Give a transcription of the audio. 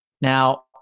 Now